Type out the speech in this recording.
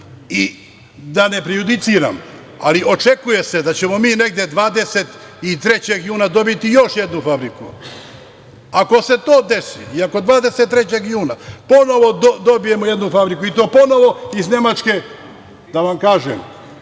i da ne prejudiciram, ali očekuje se da ćemo mi negde 23. juna dobiti još jednu fabriku. Ako se to desi i ako 23. juna ponovo dobijemo jednu fabriku, i to ponovo iz Nemačke, da vam kažem,